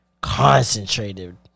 Concentrated